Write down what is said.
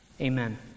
Amen